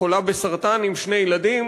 חולה בסרטן עם שני ילדים,